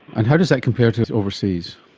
and how does that compare to overseas?